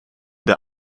der